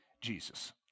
Jesus